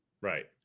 right